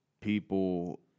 people